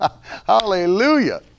Hallelujah